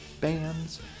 bands